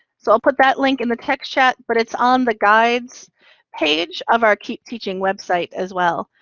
so i'll put that link in the text chat, but it's on the guides page of our keep teaching website as well.